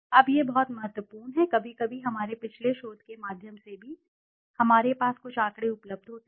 अब यह बहुत महत्वपूर्ण है कभी कभी हमारे पिछले शोध के माध्यम से भी हमारे पास कुछ आंकड़े उपलब्ध होते हैं